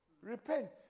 repent